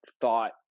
thought